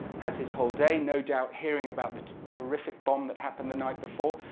has his whole day no doubt hearing about that terrific bomb that happened the night before.